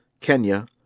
Kenya